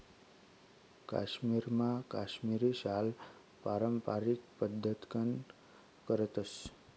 काश्मीरमा काश्मिरी शाल पारम्पारिक पद्धतकन करतस